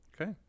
Okay